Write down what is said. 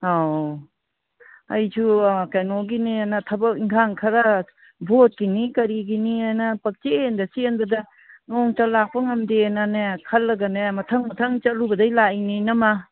ꯑꯧ ꯑꯩꯁꯨ ꯀꯩꯅꯣꯒꯤꯅꯦꯅ ꯊꯕꯛ ꯏꯪꯈꯥꯡ ꯈꯔ ꯚꯣꯠꯀꯤꯅꯤ ꯀꯔꯤꯒꯤꯅꯤꯑꯅ ꯄꯪꯆꯦꯟꯗ ꯆꯦꯟꯕꯗ ꯅꯣꯡꯇ ꯂꯥꯛꯄ ꯉꯝꯗꯦꯅꯅꯦ ꯈꯜꯂꯒꯅꯦ ꯃꯊꯪ ꯃꯊꯪ ꯆꯠꯂꯨꯕꯗꯩ ꯂꯥꯛꯏꯅꯤ ꯏꯅꯝꯃ